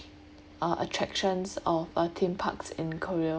uh attractions of a theme parks in korea